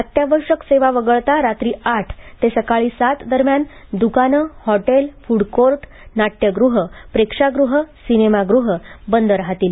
अत्यावश्यक सेवा वगळता रात्री आठ ते सकाळी सात दरम्यान दुकाने हॉटेल फूड कोर्ट नाट्यगृह प्रेक्षागृह सिनेमा गृह बंद राहतील